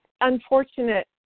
unfortunate